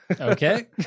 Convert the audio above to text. Okay